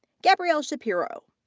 gabrielle shapiro.